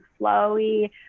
flowy